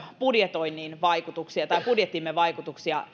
budjetoinnin vaikutuksia tai budjettimme vaikutuksia